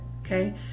Okay